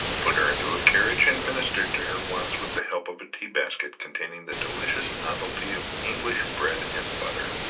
put her into a carriage and ministered to her wants with the help of a tea-basket containing the delicious novelty of english bread and butter.